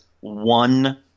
one